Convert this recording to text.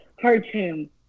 cartoon